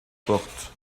porte